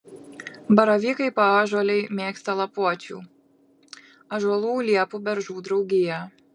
baravykai paąžuoliai mėgsta lapuočių ąžuolų liepų beržų draugiją